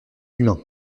humains